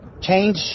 change